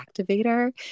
activator